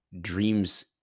dreams